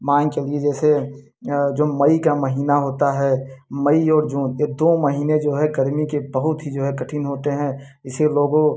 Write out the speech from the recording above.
मान चलिए जैसे जो मई का महीना होता है मई और जून ये दो महीने जो है गर्मी के बहुत ही जो है कठिन होते हैं इसे लोगों